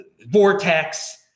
Vortex